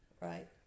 Right